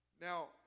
now